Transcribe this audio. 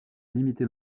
limité